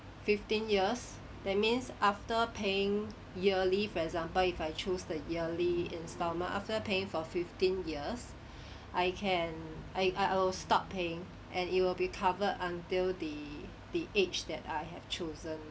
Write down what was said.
fifteen years that means after paying yearly for example if I choose the yearly instalment after paying for fifteen years I can I I I'll stop paying and it will be covered until the the age that I have chosen